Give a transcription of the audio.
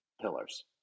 pillars